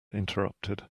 interrupted